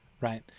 right